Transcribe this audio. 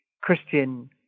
Christian